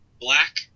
Black